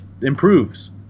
improves